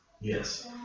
Yes